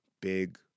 big